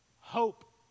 hope